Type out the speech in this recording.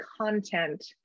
content